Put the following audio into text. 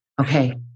Okay